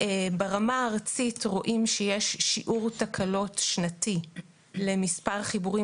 ברמה הארצית רואים שיש שיעור תקלות שנתי למספר חיבורים